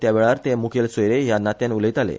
त्या वेळार ते मुखेल सोयरे हया नात्यान उलयताले